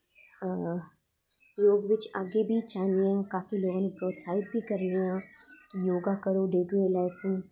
में अग्गैं बा चाह्न्नी आं काफी लोकें गी प्रोत्साहित बी करनीं आं कि योगा करो डे नाईट ळघउफऊ़